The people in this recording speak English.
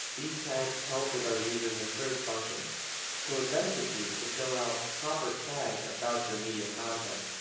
these tags help with our users in search functions so it benefits you to fill out proper tags about your media content.